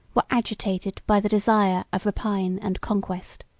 were agitated by the desire of rapine and conquest.